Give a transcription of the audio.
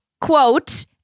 quote